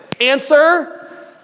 Answer